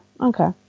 okay